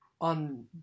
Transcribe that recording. On